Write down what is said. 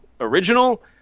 original